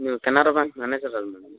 ನೀವು Canara bank manager